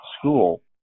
school